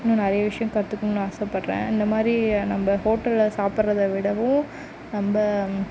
இன்னும் நிறைய விஷயம் கற்றுக்கணுன்னு ஆசைப்படுறேன் இந்த மாரி நம்ப ஹோட்டலில் சாப்பிட்றதவிடவும் நம்ப